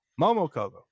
Momokogo